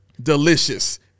Delicious